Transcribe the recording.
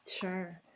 Sure